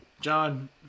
John